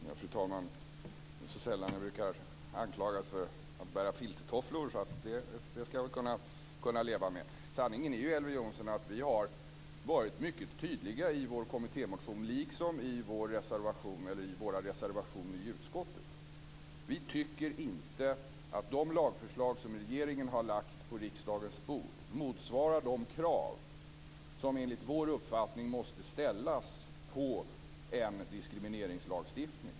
Fru talman! Det är så sällan som jag brukar anklagas för att bära filttofflor så det skall jag väl kunna leva med. Sanningen, Elver Jonsson, är att vi har varit mycket tydliga i vår kommittémotion liksom i våra reservationer i utskottet. Vi tycker inte att de lagförslag som regeringen har lagt på riksdagens bord motsvarar de krav som enligt vår uppfattning måste ställas på en diskrimineringslagstiftning.